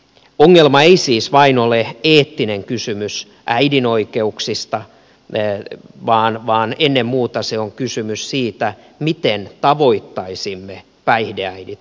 ongelma ei siis vain ole eettinen kysymys äidin oikeuksista vaan ennen muuta se on kysymys siitä miten tavoittaisimme päihdeäidit riittävän aikaisin